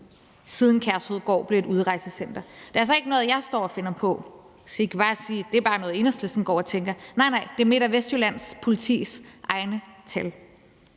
siden Kærshovedgård blev et udrejsecenter. Det er altså ikke noget, jeg står og finder på, så I bare kan sige, at det er noget, Enhedslisten går og tænker. Nej, det er Midt- og Vestjyllands Politis egne tal.